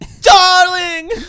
darling